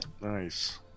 Nice